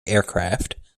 aircraft